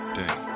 day